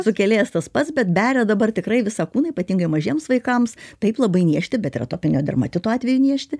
sukėlėjas tas pats bet beria dabar tikrai visą kūną ypatingai mažiems vaikams taip labai niežti bet ir atopinio dermatito atveju niežti